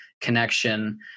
connection